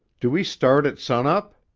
do we start at sun-up?